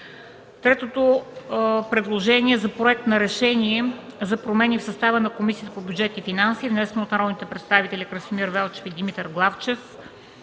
и водно регулиране. Проект за решение за промени в състава на Комисията по бюджет и финанси. Вносители са народните представители Красимир Велчев и Димитър Главчев.